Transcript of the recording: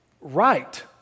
right